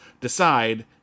decide